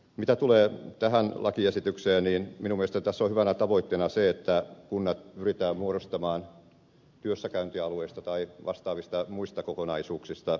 mitä tulee tähän lakiesitykseen niin minun mielestäni tässä on hyvänä tavoitteena se että kunnat pyritään muodostamaan työssäkäyntialueista tai vastaavista muista kokonaisuuksista